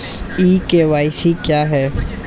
ई KYC क्या है?